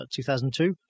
2002